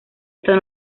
esto